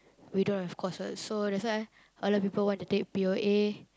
we don't have courses so that why all the people want to take P_O_A